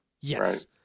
yes